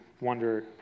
wonder